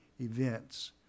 events